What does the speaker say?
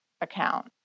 account